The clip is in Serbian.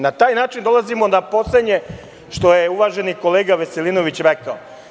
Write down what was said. Na taj način dolazimo na poslednje što je uvaženi kolega Veselinović rekao.